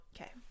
Okay